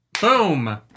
boom